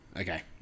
Okay